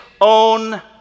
own